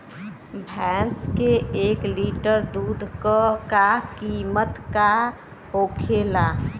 भैंस के एक लीटर दूध का कीमत का होखेला?